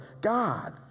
God